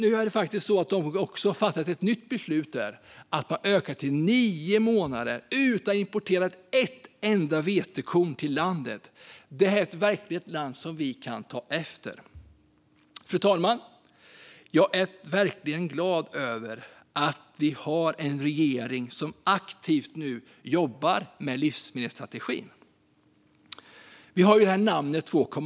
Nu har de fattat ett nytt beslut om att öka detta till nio månader utan att behöva importera ett enda vetekorn till landet. Det är verkligen ett land som vi kan ta efter. Fru talman! Jag är verkligen glad över att vi har en regering som aktivt jobbar med livsmedelsstrategin, som nu har namnet 2.0.